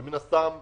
ומן הסתם,